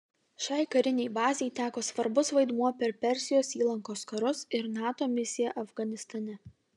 šiai karinei bazei teko svarbus vaidmuo per persijos įlankos karus ir nato misiją afganistane